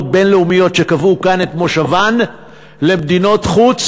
בין-לאומיות שקבעו כאן את מושבן למדינות חוץ,